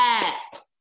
Yes